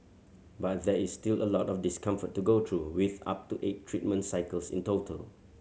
but there is still a lot of discomfort to go through with up to eight treatment cycles in total